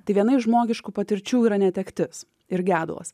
tik viena iš žmogiškų patirčių yra netektis ir gedulas